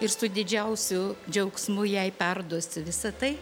ir su didžiausiu džiaugsmu jai perduosiu visa tai